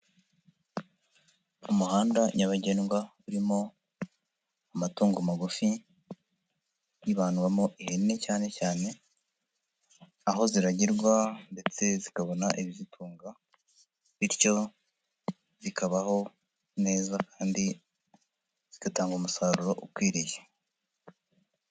Umuhanda nyabagendwa urimo amatungo magufi, hibandwamo ihene cyane cyane, aho ziragirwa ndetse zikabona ibizitunga, bityo zikabaho neza kandi zigatanga umusaruro ukwiriye.